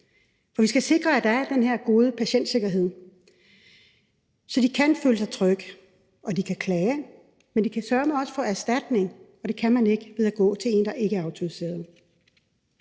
For vi skal sikre, at der er den her gode patientsikkerhed, så de kan føle sig trygge og de kan klage, men de kan søreme også få erstatning, og det kan man ikke ved at gå til en, der ikke er autoriseret.